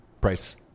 Price